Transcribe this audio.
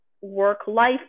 work-life